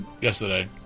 yesterday